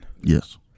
Yes